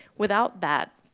without that,